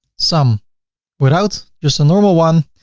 some without. just a normal one.